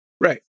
Right